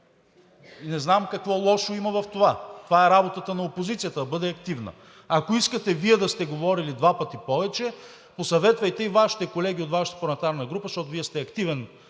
не знам какво лошо има в това? Това е работата на опозицията – да бъде активна. Ако искате, Вие да сте говорили два пъти повече, посъветвайте и Вашите колеги от Вашата парламентарната група, защото Вие сте активен